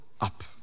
up